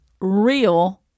real